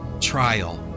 trial